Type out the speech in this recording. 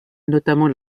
notamment